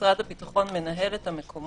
משרד הביטחון מנהל את המקומות.